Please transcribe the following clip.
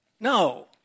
No